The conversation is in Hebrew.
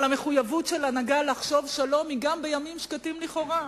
אבל המחויבות של הנהגה "לחשוב שלום" היא גם בימים שקטים לכאורה,